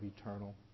eternal